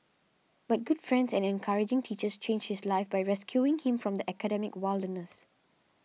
but good friends and encouraging teachers changed his life by rescuing him from the academic wilderness